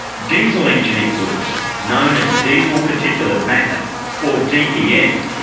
diesel engine exhaust, known as diesel particulate matter or dpm,